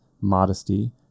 modesty